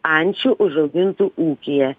ančių užaugintų ūkyje